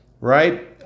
right